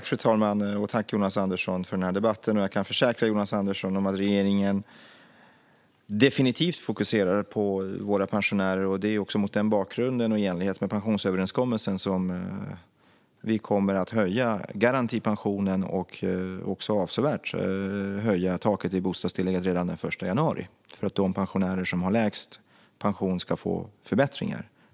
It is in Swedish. Fru talman! Tack, Jonas Andersson, för debatten! Jag kan försäkra Jonas Andersson om att regeringen definitivt fokuserar på våra pensionärer. Det är också mot den bakgrunden och i enlighet med pensionsöverenskommelsen som vi kommer att höja garantipensionen och avsevärt höja taket i bostadstillägget redan den 1 januari, för att de pensionärer som har lägst pension ska få förbättringar.